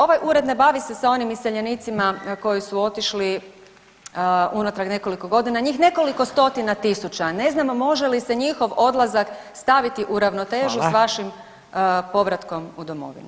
Ovaj Ured ne bavi se sa onim iseljenicima koji su otišli unatrag nekoliko godina, njih nekoliko stotina tisuća, ne znam može li se njihov odlazak staviti u ravnotežu [[Upadica: Hvala.]] s vašim povratkom u domovinu.